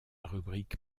rubrique